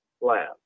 lab